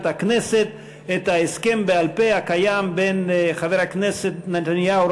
הכנסת את ההסכם בעל-פה הקיים בין חבר הכנסת נתניהו,